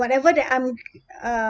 whatever that I'm uh